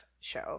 show